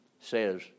says